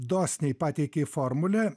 dosniai pateikei formulę